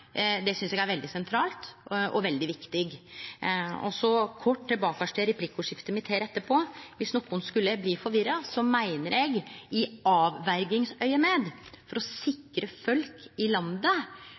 synest eg er veldig sentralt og veldig viktig. Kort tilbake til replikkordskiftet mitt: Viss nokon skulle bli forvirra, meiner eg at for å